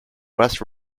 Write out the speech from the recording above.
west